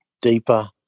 deeper